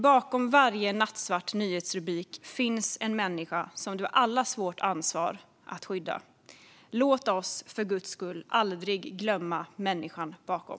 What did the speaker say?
Bakom varje nattsvart nyhetsrubrik finns ju en människa som det var allas vårt ansvar att skydda. Låt oss för guds skull aldrig glömma människan bakom!